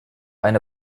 eine